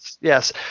Yes